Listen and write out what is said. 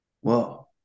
whoa